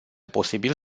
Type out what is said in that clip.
posibil